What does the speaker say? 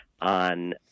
on